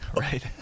Right